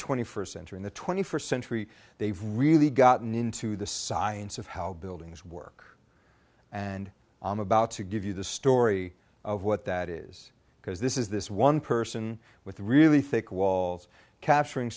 twenty first century in the twenty first century they've really gotten into the science of how buildings work and i'm about to give you the story of what that is because this is this one person with really thick walls capturing